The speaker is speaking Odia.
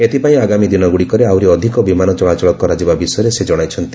ଏଥିପାଇଁ ଆଗାମୀ ଦିନଗୁଡ଼ିକରେ ଆହୁରି ଅଧିକ ବିମାନ ଚଳାଚଳ କରାଯିବା ବିଷୟରେ ସେ ଜଣାଇଛନ୍ତି